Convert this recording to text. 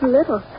Little